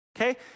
Okay